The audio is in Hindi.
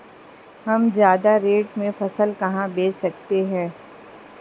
हम ज्यादा रेट में फसल कहाँ बेच सकते हैं?